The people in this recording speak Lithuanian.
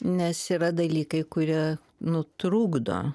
nes yra dalykai kurie nu trukdo